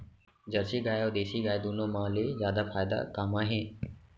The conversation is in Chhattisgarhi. जरसी गाय अऊ देसी गाय दूनो मा ले जादा फायदा का मा हे?